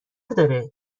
داره